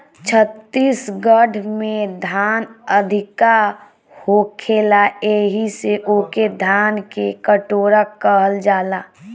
छत्तीसगढ़ में धान अधिका होखेला एही से ओके धान के कटोरा कहल जाला